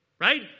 Right